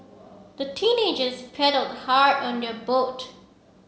the teenagers paddled hard on their boat